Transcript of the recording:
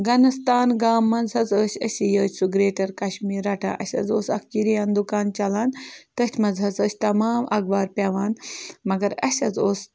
گَنٕستان گامہٕ منٛز حظ ٲسۍ أسی یٲتۍ سُہ گرٛیٹَر کَشمیٖر رَٹان اَسہِ حظ اوس اَکھ کِریان دُکان چلان تٔتھۍ منٛز حظ ٲسۍ تَمام اَخبار پٮ۪وان مگر اَسہِ حظ اوس